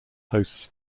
hosts